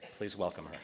please welcome her.